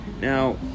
Now